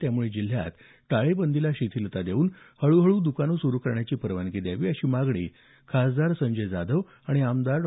त्यामुळे जिल्ह्यात टाळेबंदीला शिथिलता देऊन हळू हळू दुकाने सुरु करण्याची परवानगी द्यावी अशी मागणी खासदार संजय जाधव आणि आमदार डॉ